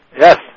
Yes